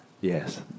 Yes